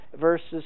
verses